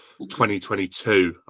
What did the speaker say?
2022